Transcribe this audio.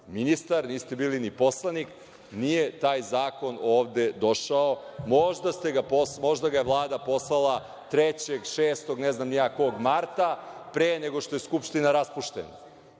ministar, niste bili ni poslanik, nije taj zakon ovde došao. Možda ga je Vlada poslala treće, šestog, ne znam ni ja kog marta, pre nego što je Skupština raspuštena.